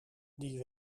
die